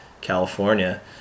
California